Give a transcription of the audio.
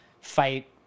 fight